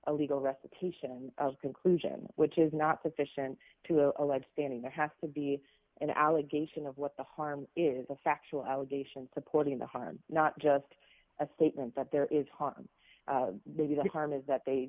a legal recitation of a conclusion which is not sufficient to allege standing there has to be an allegation of what the harm is the factual allegations supporting the harm not just a statement that there is harm maybe the harm is that they